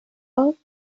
ought